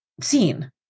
seen